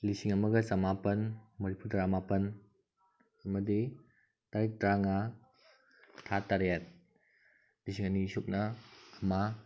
ꯂꯤꯁꯤꯡ ꯑꯃꯒ ꯆꯃꯥꯄꯜ ꯃꯔꯤꯐꯨ ꯇꯔꯥ ꯃꯥꯄꯜ ꯑꯃꯗꯤ ꯇꯥꯔꯤꯛ ꯇꯔꯥ ꯃꯉꯥ ꯊꯥ ꯇꯔꯦꯠ ꯂꯤꯁꯤꯡ ꯑꯅꯤ ꯁꯨꯞꯅ ꯑꯃ